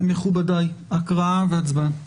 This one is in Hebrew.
הקראה והצבעה.